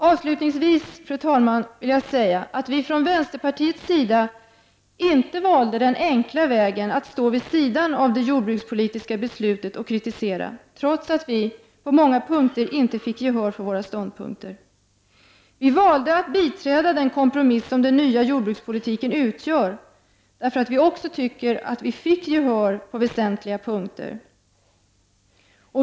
Avslutningsvis, fru talman, vill jag säga att vi från vänsterpartiets sida inte valde den enkla vägen att stå vid sidan av det jordbrukspolitiska beslutet och kritisera, trots att vi på många punkter inte fick gehör för våra synpunkter. Vi valde att biträda den kompromiss som den nya jordbrukspolitiken utgör därför att vi tyckte att vi fick gehör på väsentliga punkter.